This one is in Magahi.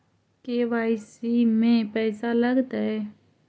के.वाई.सी में पैसा लगतै?